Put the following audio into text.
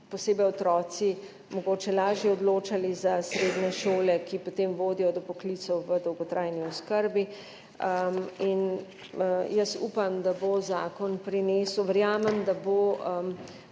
posebej otroci mogoče lažje odločali za srednje šole, ki potem vodijo do poklicev v dolgotrajni oskrbi. Jaz upam, verjamem, da bo zakon prinesel učinke, ki